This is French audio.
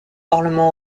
parlement